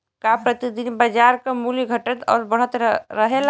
का प्रति दिन बाजार क मूल्य घटत और बढ़त रहेला?